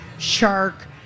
shark